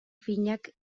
finak